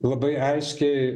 labai aiškiai